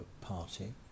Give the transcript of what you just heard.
Party